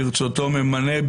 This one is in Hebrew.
ברצותו ממנה,